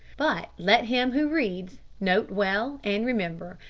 but let him who reads note well, and remember,